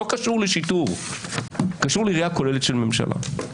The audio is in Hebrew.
לא קשור לשיטור אלא קשור לראייה כוללת של ממשלה.